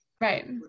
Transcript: Right